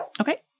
Okay